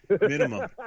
Minimum